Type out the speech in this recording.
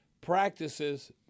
practices